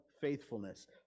faithfulness